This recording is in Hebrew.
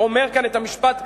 אומר כאן את המשפט,